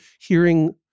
hearing